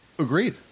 agreed